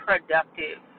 Productive